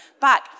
back